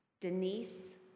Denise